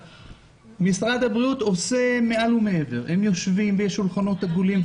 משרד הבריאות עושה מעל ומעבר: הם יושבים ויש שולחנות עגולים,